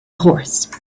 horse